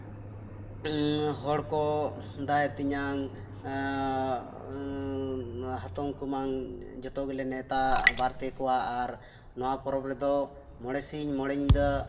ᱦᱚᱲ ᱠᱚ ᱫᱟᱹᱭᱼᱛᱮᱧᱟᱝ ᱦᱟᱛᱚᱢᱼᱠᱩᱢᱟᱹᱝ ᱡᱚᱛᱚ ᱜᱮᱞᱮ ᱱᱮᱣᱛᱟ ᱵᱟᱨᱛᱮ ᱠᱚᱣᱟ ᱟᱨ ᱱᱚᱣᱟ ᱯᱚᱨᱚᱵᱽ ᱨᱮᱫᱚ ᱢᱚᱬᱮ ᱥᱤᱧ ᱢᱚᱬᱮ ᱧᱤᱫᱟᱹ